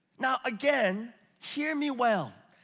now again, hear me well.